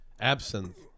Absinthe